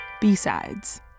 B-Sides